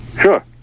Sure